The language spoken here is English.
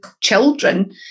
children